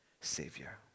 Savior